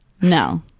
No